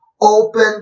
Open